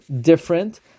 different